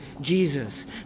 Jesus